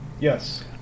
Yes